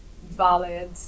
valid